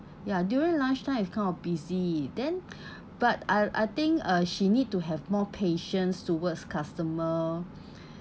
ya during lunch time it's kind of busy then but I I think uh she need to have more patience towards customer